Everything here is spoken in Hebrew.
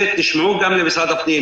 ותשמעו גם למשרד הפנים.